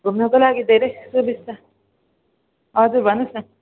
घुम्नुको लागि धेरै सुबिस्ता हजुर भन्नुहोस् न